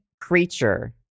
creature